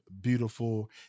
beautiful